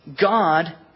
God